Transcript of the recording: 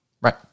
Right